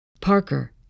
Parker